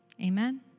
Amen